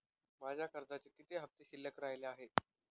माझ्या कर्जाचे किती हफ्ते शिल्लक राहिले आहेत?